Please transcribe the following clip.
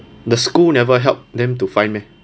the school never help them to find meh